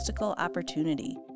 opportunity